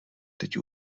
teď